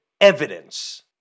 evidence